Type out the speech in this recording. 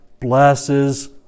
blesses